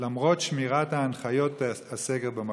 למרות שמירת הנחיות הסגר במקום.